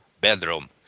bedroom